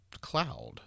cloud